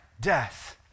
Death